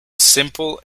simple